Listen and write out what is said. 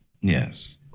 Yes